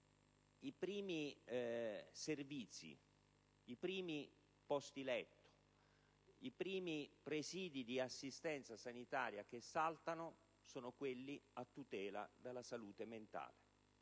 i primi servizi, i primi posti letto, i primi presidi di assistenza sanitaria che saltano sono quelli a tutela della salute mentale.